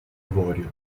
avorio